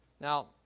Now